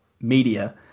media –